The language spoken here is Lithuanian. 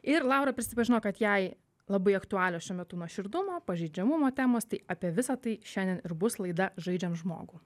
ir laura prisipažino kad jai labai aktualios šiuo metu nuoširdumo pažeidžiamumo temos tai apie visa tai šiandien ir bus laida žaidžiam žmogų